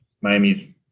Miami's